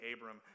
abram